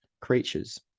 creatures